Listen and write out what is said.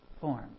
form